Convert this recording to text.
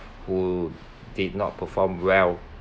who did not perform well